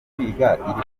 kwiga